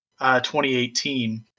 2018